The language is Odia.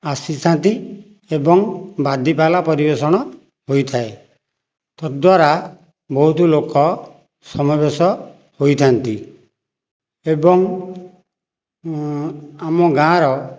ଆସିଥାନ୍ତି ଏବଂ ବାଦିପାଲା ପରିବେଷଣ ହୋଇଥାଏ ତଦ୍ୱାରା ବହୁତ ଲୋକ ସମାବେଶ ହୋଇଥାନ୍ତି ଏବଂ ଆମ ଗାଁର